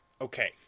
okay